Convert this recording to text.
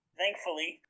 thankfully